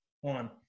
one